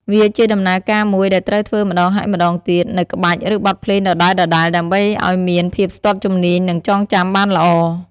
វាជាដំណើរការមួយដែលត្រូវធ្វើម្តងហើយម្តងទៀត នូវក្បាច់ ឬបទភ្លេងដដែលៗ ដើម្បីឱ្យមានភាពស្ទាត់ជំនាញ និងចងចាំបានល្អ។